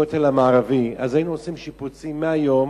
בכותל המערבי, אז היינו עושים שיפוצים מהיום